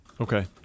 Okay